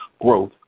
growth